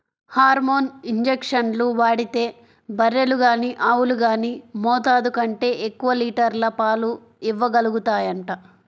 hormone ఇంజక్షన్లు వాడితే బర్రెలు గానీ ఆవులు గానీ మోతాదు కంటే ఎక్కువ లీటర్ల పాలు ఇవ్వగలుగుతాయంట